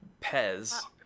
Pez